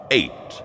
eight